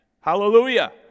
Hallelujah